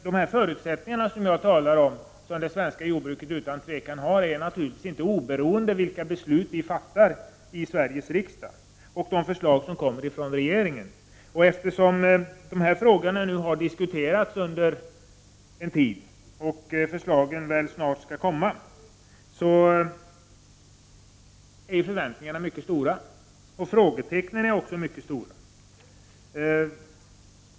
De förutsättningar som jag talar om, som det svenska jordbruket utan tvivel har, är naturligtvis inte oberoende av vilka beslut vi fattar i Sveriges riksdag och vilka förslag som kommer från regeringen. Eftersom dessa frågor har diskuterats en tid och det snart lär komma förslag, är förväntningarna och frågetecknen mycket stora.